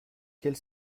quelle